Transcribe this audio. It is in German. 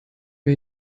wir